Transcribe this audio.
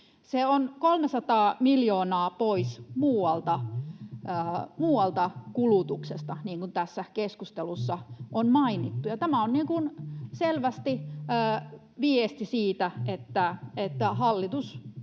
Se on 300 miljoonaa pois muualta kulutuksesta, niin kuin tässä keskustelussa on mainittu, ja tämä on selvästi viesti siitä, että hallitus